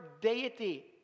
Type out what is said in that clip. deity